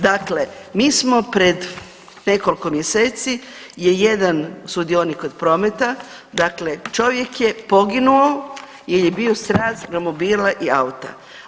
Dakle, mi smo pred nekoliko mjeseci je jedan sudionik prometa, dakle čovjek je poginuo jer je bio sraz romobila i auta.